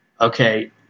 Okay